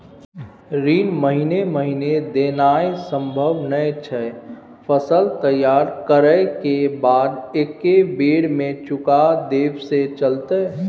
ऋण महीने महीने देनाय सम्भव नय छै, फसल तैयार करै के बाद एक्कै बेर में चुका देब से चलते?